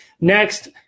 next